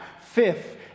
fifth